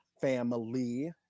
family